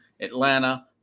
Atlanta –